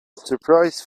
surprise